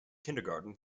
kindergarten